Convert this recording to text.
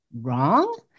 Wrong